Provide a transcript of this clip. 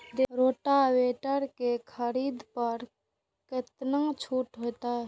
Rotavator के खरीद पर केतना छूट होते?